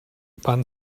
wann